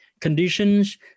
conditions